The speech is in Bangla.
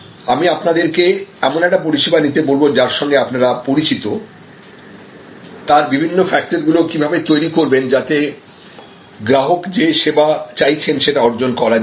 আমি আপনাদের কে এমন একটা পরিষেবা নিতে বলব যার সঙ্গে আপনারা পরিচিত তার বিভিন্ন ফ্যাক্টরগুলো কিভাবে তৈরি করবেন যাতে গ্রাহক যে সেবা চাইছেন সেটা অর্জন করা যায়